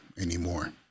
anymore